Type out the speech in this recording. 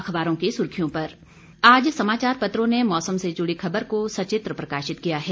अखबारों की सुर्खियों से आज समाचार पत्रों ने मौसम से जुड़ी खबर को सचित्र प्रकाशित किया है